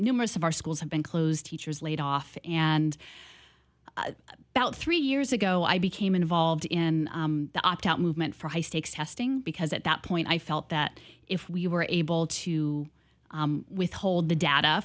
numerous of our schools have been closed teachers laid off and about three years ago i became involved in the opt out movement for high stakes testing because at that point i felt that if we were able to withhold the data